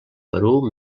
perú